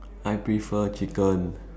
I prefer chicken